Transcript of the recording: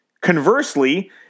Conversely